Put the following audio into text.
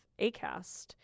Acast